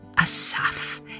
Asaf